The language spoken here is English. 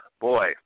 boy